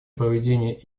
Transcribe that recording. проведения